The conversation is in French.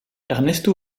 ernesto